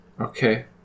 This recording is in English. okay